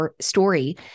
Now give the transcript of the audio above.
story